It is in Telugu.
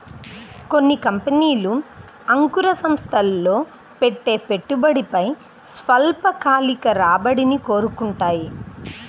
కొన్ని కంపెనీలు అంకుర సంస్థల్లో పెట్టే పెట్టుబడిపై స్వల్పకాలిక రాబడిని కోరుకుంటాయి